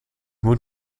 moet